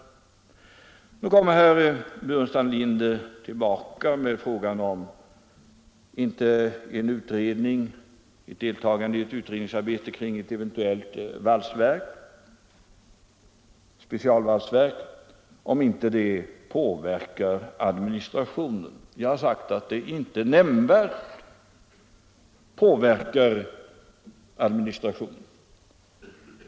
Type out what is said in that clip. Nu kommer herr Burenstam Linder tillbaka och frågar om inte deltagandet i ett utredningsarbete kring ett eventuellt specialvalsverk påverkar administrationen. Jag har sagt att det inte nämnvärt påverkar administrationen.